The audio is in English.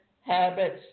habits